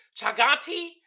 Chaganti